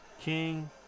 King